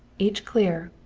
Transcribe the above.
each clear,